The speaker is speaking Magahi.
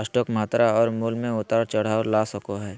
स्टॉक मात्रा और मूल्य में उतार चढ़ाव ला सको हइ